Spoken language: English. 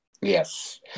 yes